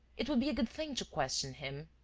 it would be a good thing to question him,